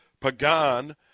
Pagan